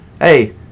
hey